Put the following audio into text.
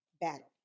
battle